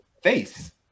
face